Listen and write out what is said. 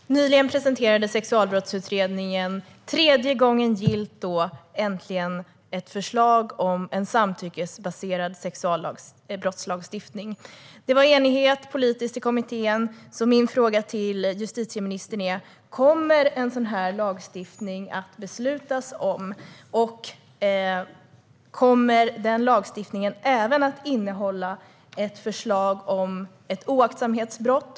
Herr talman! Nyligen presenterade Sexualbrottsutredningen äntligen - tredje gången gillt - ett förslag om en samtyckesbaserad sexualbrottslagstiftning. Det rådde politisk enighet i kommittén. Mina frågor till justitieministern är: Kommer det att beslutas om en sådan här lagstiftning? Kommer den lagstiftningen i så fall även att innehålla ett förslag om ett oaktsamhetsbrott?